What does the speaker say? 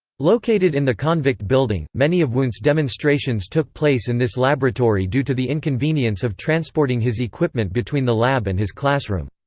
located in the konvikt building, many of wundt's demonstrations took place in this laboratory due to the inconvenience of transporting his equipment between the lab and his classroom.